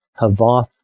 Havoth